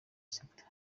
sita